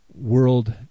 world